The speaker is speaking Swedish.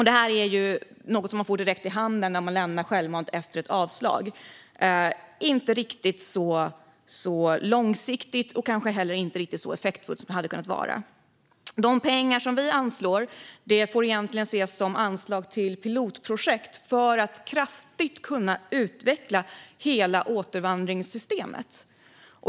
Det är något som man får direkt i handen när man lämnar Sverige självmant efter ett avslag. Det är inte riktigt så långsiktigt och kanske heller inte så effektfullt som det hade kunnat vara. De pengar som vi anslår får egentligen ses som anslag till ett pilotprojekt för att kraftigt utveckla hela återvandringssystemet.